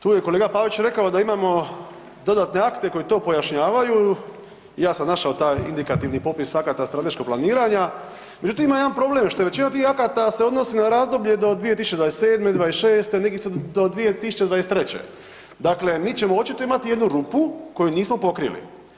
Tu je kolega Pavić rekao da imamo dodatne akte koji to pojašnjavaju i ja sam našao taj indikativan popis akata strateškog planiranja, međutim ima jedan problem što većina tih akata se odnosi na razdoblje do 2027., '26., neki su do 2023., dakle mi ćemo očito imati jednu rupu koju nismo pokrili.